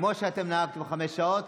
כמו שאתם נאמתם חמש שעות,